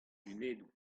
lunedoù